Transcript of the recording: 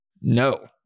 No